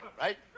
right